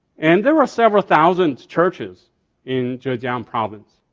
and there were several thousand churches in zhejiang province.